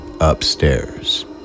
upstairs